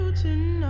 tonight